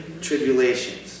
tribulations